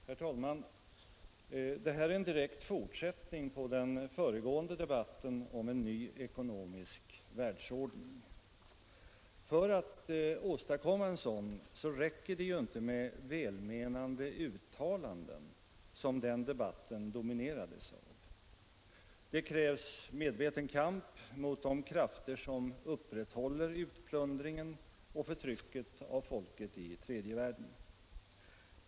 Herr talman! Det här är en direkt fortsättning på den föregående debatten om en ny ekonomisk världsordning. För att åstadkomma en sådan räcker det ju inte med välmenande uttalanden som den debatten dominerades av. Det krävs medveten kamp mot de krafter som upprätthåller utplundringen och förtrycket av folken i tredje världen.